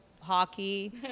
hockey